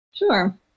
Sure